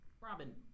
robin